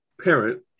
parent